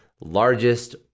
largest